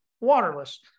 waterless